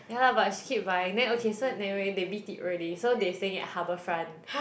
yeah lah but she keep buying then okay so anyway they b_t_o already so they staying at Harbourfront